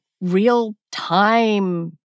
real-time